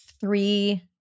three